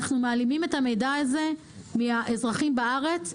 אנחנו מעלימים את המידע הזה מהאזרחים בארץ,